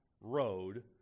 road